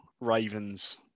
Ravens